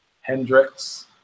Hendrix